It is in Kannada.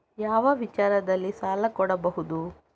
ಯಾವ ವಿಚಾರದಲ್ಲಿ ಸಾಲ ಕೊಡಬಹುದು?